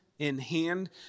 in-hand